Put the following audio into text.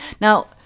Now